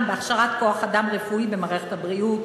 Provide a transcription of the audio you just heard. בהכשרות כוח-אדם רפואי במערכת הבריאות,